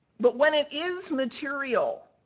but, when it is material,